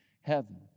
heaven